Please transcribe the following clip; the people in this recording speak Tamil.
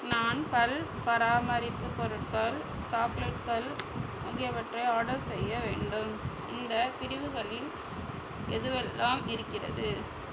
நான் பல் பராமரிப்பு பொருட்கள் சாக்லேட்கள் ஆகியவற்றை ஆர்டர் செய்ய வேண்டும் இந்தப் பிரிவுகளில் எதுவெல்லாம் இருக்கிறது